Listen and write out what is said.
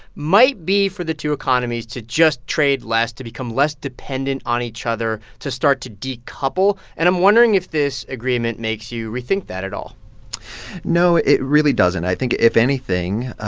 might be for the two economies to just trade less, to become less dependent on each other, to start to decouple. and i'm wondering if this agreement makes you rethink that at all no, it really doesn't. i think, if anything,